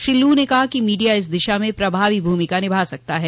Shri Lu ने कहा कि मीडिया इस दिशा में प्रभावी भूमिका निभा सकता है